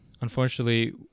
unfortunately